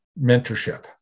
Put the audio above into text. mentorship